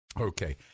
Okay